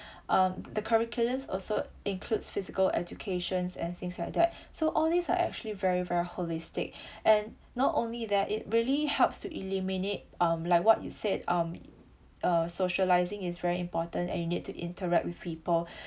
um the curriculum also includes physical education's and things like that so all these are actually very very holistic and not only that it really helps to eliminate um like what you said um uh socialising is very important and you need to interact with people